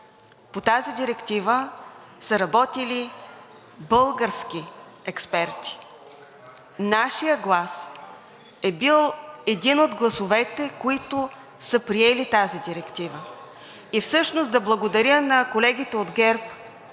По тази директива са работили български експерти. Нашият глас е бил един от гласовете, които са приели тази директива. И всъщност да благодаря на колегите от ГЕРБ,